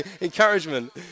Encouragement